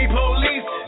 police